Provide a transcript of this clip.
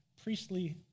priestly